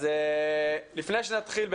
לפני שנתחיל,